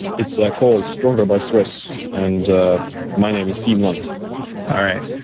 it's ah called stronger by stress. and ah my name is siim land all right.